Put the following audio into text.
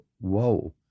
whoa